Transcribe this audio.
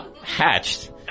hatched